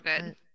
good